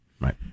right